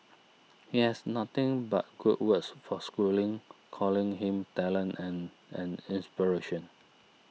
he has nothing but good words for Schooling calling him talented and an inspiration